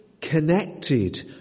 connected